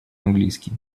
английский